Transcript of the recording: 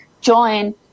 join